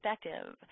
perspective